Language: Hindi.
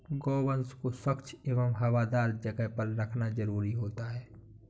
गोवंश को स्वच्छ एवं हवादार जगह पर रखना जरूरी रहता है